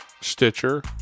Stitcher